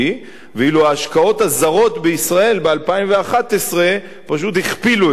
ואילו ההשקעות הזרות בישראל ב-2011 פשוט הכפילו את עצמן,